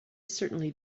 certainly